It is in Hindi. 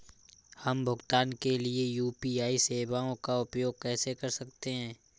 हम भुगतान के लिए यू.पी.आई सेवाओं का उपयोग कैसे कर सकते हैं?